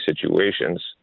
situations